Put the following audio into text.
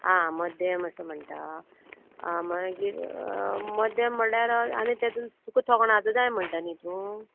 आं मध्यम असो म्हणटा आं मागीर मध्यम म्हणल्यार आनी तेतून तुका थोखणाचो जाय म्हणटा न्ही तूं